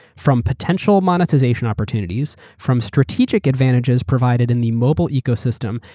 from potential monetization opportunities, from strategic advantages provided in the mobile ecosystem,